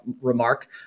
remark